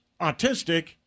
autistic